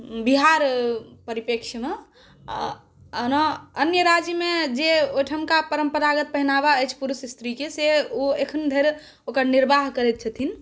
बिहार परिपेक्ष्यमे आ ओना अन्य राज्यमे जे ओहिठामका परम्परागत पहिरावा अछि पुरुष स्त्रीके से ओ एखनो धरि ओकर निर्वाह करै छथिन